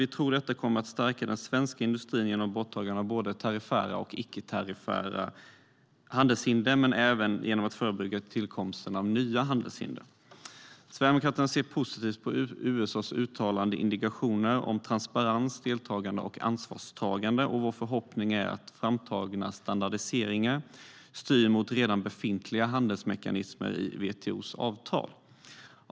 Vi tror att detta kommer att stärka den svenska industrin genom borttagande av både tariffära och icke-tariffära handelshinder, men även genom att förebygga tillkomsten av nya handelshinder. Sverigedemokraterna ser positivt på USA:s uttalade indikationer om transparens, deltagande och ansvarstagande. Vår förhoppning är att framtagna standardiseringar styr mot redan befintliga handelsmekanismer i WTO:s avtal.